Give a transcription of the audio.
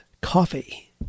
coffee